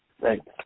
Thanks